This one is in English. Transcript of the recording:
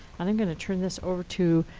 and i'm going to turn this over to